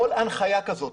כל הנחיה כזאת,